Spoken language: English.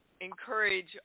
encourage